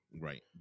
Right